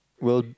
well